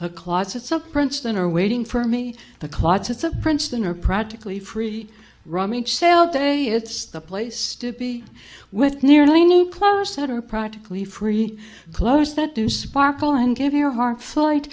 a closet some princeton are waiting for me to clots it's a princeton or practically free rummage sale day it's the place to be with nearly new clothes that are practically free clothes that do sparkle and give your heart flight